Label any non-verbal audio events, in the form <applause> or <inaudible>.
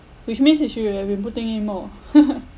which means he should have been putting in more <laughs>